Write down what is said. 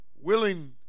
willing